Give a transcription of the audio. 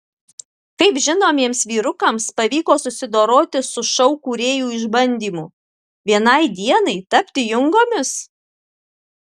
kaip žinomiems vyrukams pavyko susidoroti su šou kūrėjų išbandymu vienai dienai tapti jungomis